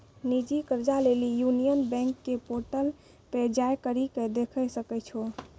निजी कर्जा लेली यूनियन बैंक के पोर्टल पे जाय करि के देखै सकै छो